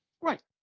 Right